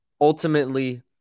Ultimately